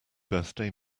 birthday